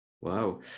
Wow